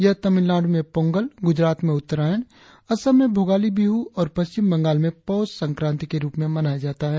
यह तामिलनाडु में पोंगल गुजरात में उत्तारयण असम में भोगाली बिहु और पश्चिम बंगाल में पौष संक्रांति के रुप में मनाया जाता है